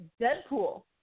Deadpool